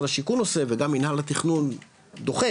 השיכון עושה וגם מנהל התכנון דוחף,